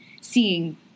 seeing